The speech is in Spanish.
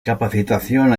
capacitación